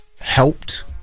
helped